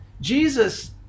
Jesus